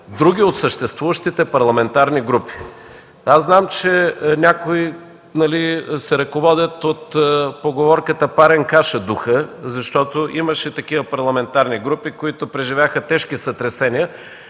други от съществуващите парламентарни групи. Аз знам, че някои се ръководят от поговорката: „Парен каша духа”, защото имаше такива парламентарни групи, които преживяха тежки сътресения,